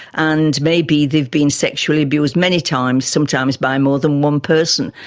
and maybe they've been sexually abused many times, sometimes by more than one person.